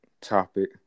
topic